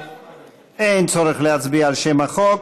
התשע"ח 2018. אין צורך להצביע על שם החוק.